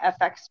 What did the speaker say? FX